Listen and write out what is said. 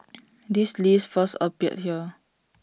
this list first appeared here